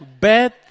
bad